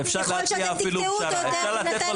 ככל שאתם תקטעו אותו, ניתן לו יותר זמן.